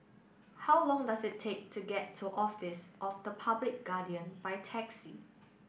how long does it take to get to Office of the Public Guardian by taxi